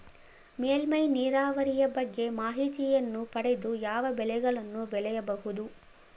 ಮೇಲ್ಮೈ ನೀರಾವರಿಯ ಬಗ್ಗೆ ಮಾಹಿತಿಯನ್ನು ಪಡೆದು ಯಾವ ಬೆಳೆಗಳನ್ನು ಬೆಳೆಯಬಹುದು?